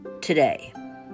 Today